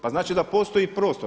Pa znači da postoji prostor.